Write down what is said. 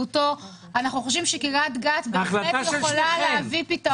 אנחנו חושבים שקרית גת יכולה להביא פתרון --- זו החלטה של שניכם.